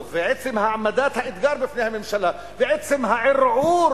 ועצם העמדת האתגר בפני הממשלה ועצם הערעור